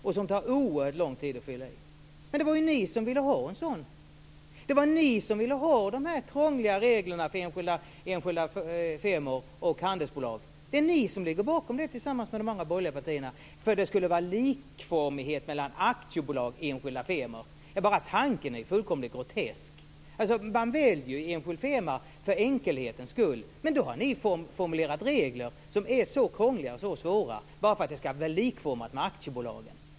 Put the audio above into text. Den tar oerhört lång tid att fylla i. Men det var ju ni som ville ha en sådan blankett. Det var ni som ville ha dessa krångliga regler för enskilda firmor och handelsbolag. Det är ni som ligger bakom det tillsammans med de andra borgerliga partierna. Det skulle vara likformighet mellan aktiebolag och enskilda firmor. Bara tanken är ju fullkomligt grotesk. Man väljer ju enskild firma för enkelhetens skull, men då har ni formulerat regler som är så krångliga och så svåra bara för att det skall vara likformigt med aktiebolagen.